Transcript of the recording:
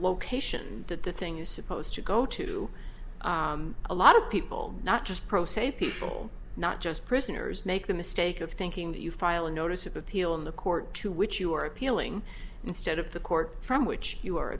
location that the thing is supposed to go to a lot of people not just pro se people not just prisoners make the mistake of thinking that you file a notice of appeal in the court to which you are appealing instead of the court from which you are